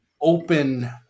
open